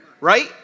right